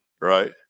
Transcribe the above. right